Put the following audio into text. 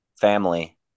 family